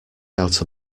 out